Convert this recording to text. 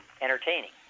entertaining